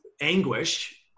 anguish